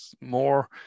more